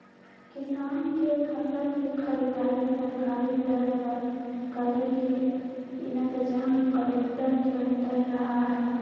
किसान के फसल के खरीदारी सरकारी दर पर करे के इनतजाम कलेक्टर के अंदर रहा हई